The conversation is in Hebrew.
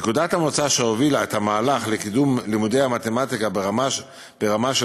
נקודת המוצא שהובילה את המהלך לקידום לימודי המתמטיקה ברמה של